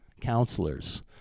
counselors